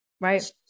Right